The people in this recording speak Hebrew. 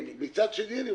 מצד שני,